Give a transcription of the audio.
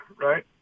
right